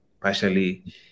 partially